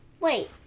wait